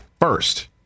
first